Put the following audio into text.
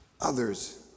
others